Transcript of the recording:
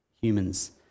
humans